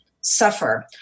suffer